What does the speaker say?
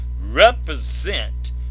represent